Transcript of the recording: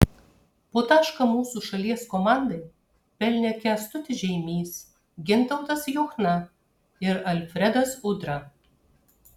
po tašką mūsų šalies komandai pelnė kęstutis žeimys gintautas juchna ir alfredas udra